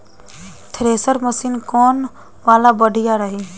Thresher machine कौन वाला बढ़िया रही?